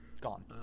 gone